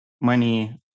money